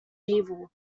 evil